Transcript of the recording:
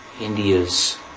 India's